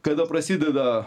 kada prasideda